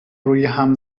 رویهم